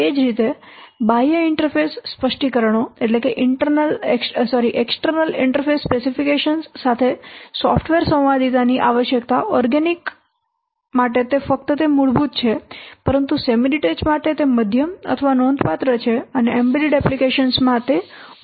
તે જ રીતે બાહ્ય ઇન્ટરફેસ સ્પષ્ટીકરણો સાથે સોફ્ટવેર સંવાદિતા ની આવશ્યકતા ઓર્ગેનિક માટે ફક્ત તે મૂળભૂત છે પરંતુ તે સેમી ડીટેચ્ડ માટે મધ્યમ અથવા નોંધપાત્ર છે અને એમ્બેડેડ એપ્લિકેશન્સ માં તે પૂર્ણ છે